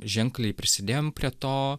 ženkliai prisidėjom prie to